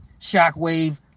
Shockwave